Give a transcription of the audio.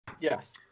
Yes